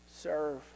serve